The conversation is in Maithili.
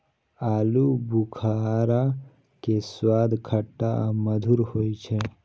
आलू बुखारा के स्वाद खट्टा आ मधुर होइ छै